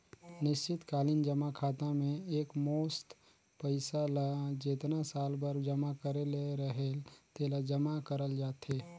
निस्चित कालीन जमा खाता में एकमुस्त पइसा ल जेतना साल बर जमा करे ले रहेल तेला जमा करल जाथे